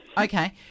Okay